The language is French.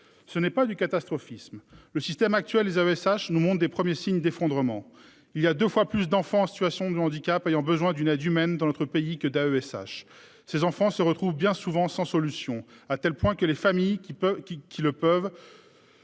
Ce n'est pas du catastrophisme. Le système actuel, ils avaient sache nous monte des premiers signes d'effondrement. Il y a 2 fois plus d'enfants en situation de handicap ayant besoin d'une aide humaine dans notre pays que d'AESH ses enfants se retrouvent bien souvent sans solution à tel point que les familles qui peut